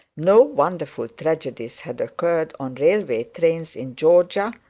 no wonderful tragedies had occurred on railway trains in georgia,